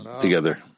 together